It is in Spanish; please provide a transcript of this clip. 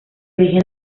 origen